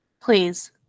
Please